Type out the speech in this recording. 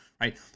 right